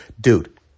dude